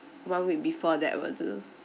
one week before that will do